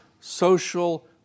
social